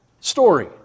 story